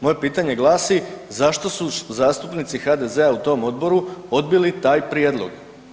Moje pitanje glasi, zašto su zastupnici HDZ-a u tom Odboru odbili taj prijedlog?